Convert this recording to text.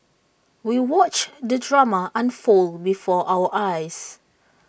we watched the drama unfold before our eyes